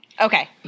Okay